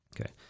okay